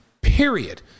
period